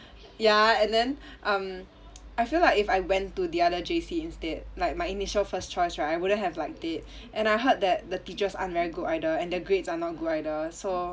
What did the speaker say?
ya and then um I feel like if I went to the other J_C instead like my initial first choice right I wouldn't have liked it and I heard that the teachers aren't very good either and their grades are not good either so